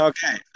Okay